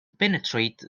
penetrate